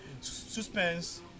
Suspense